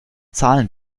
zahlen